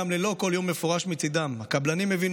גם ללא כל איום מפורש"; "הקבלנים הבינו